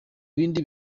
bindi